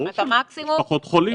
ברור, פחות חולים.